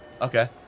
Okay